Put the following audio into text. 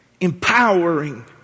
empowering